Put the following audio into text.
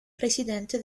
presidente